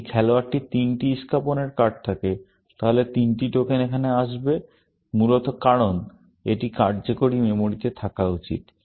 যদি খেলোয়াড়টির তিনটি ইস্কাপনের কার্ড থাকে তাহলে তিনটি টোকেন এখানে আসবে মূলত কারণ এটি কার্যকরী মেমরিতে থাকা উচিত